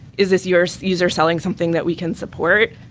is this your user selling something that we can support?